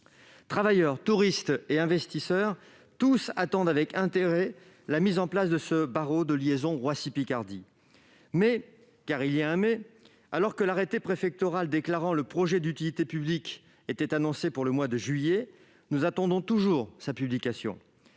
Travailleurs, touristes et investisseurs ... Tous attendent avec intérêt la mise en place du barreau de liaison Roissy-Picardie. Mais, car il y a un « mais », alors que l'arrêté préfectoral déclarant le projet d'utilité publique était annoncé pour le mois de juillet, nous attendons toujours sa publication.